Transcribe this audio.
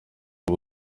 ubu